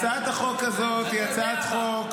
הצעת החוק הזאת היא הצעת חוק